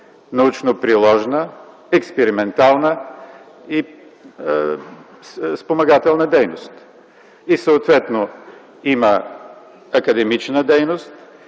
научно-приложна, експериментална и спомагателна дейност. И е съответно има академична дейност,